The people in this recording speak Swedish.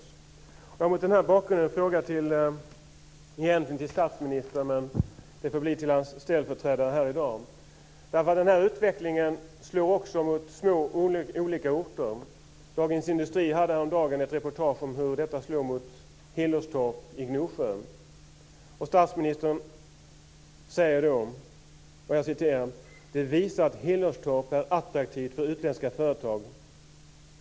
Jag har mot den här bakgrunden en fråga som egentligen är avsedd för statsministern men som får riktas till hans ställföreträdare här i dag. Den här utvecklingen slår också mot olika små orter. Dagens Industri hade häromdagen ett reportage om hur detta slår mot Hillerstorp i Gnosjö. Där säger statsministern: "Det visar att Hillerstorp är attraktivt för utländska företag.